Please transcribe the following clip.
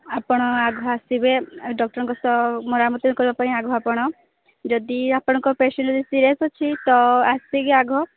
ଆପଣ ଆଗ ଆସିବେ ଡକ୍ଟରଙ୍କ ସହ କରିବା ପାଇଁ ଆଗ ଆପଣ ଯଦି ଆପଣଙ୍କ ପେସେଣ୍ଟ ସିରିୟସ୍ ଅଛି ତ ଆସିକି ଆଗ